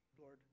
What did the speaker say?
Lord